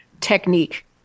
technique